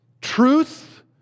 truth